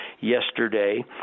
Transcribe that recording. yesterday